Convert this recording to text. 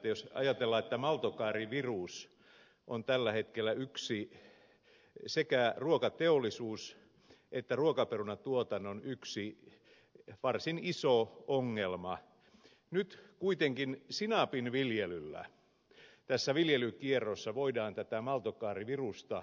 jos ajatellaan että maltokaarivirus on tällä hetkellä yksi sekä ruokateollisuuden ja ruokaperunatuotannon varsin iso ongelma niin nyt kuitenkin sinapin viljelyllä tässä viljelykierrossa voidaan maltokaarivirusta eliminoida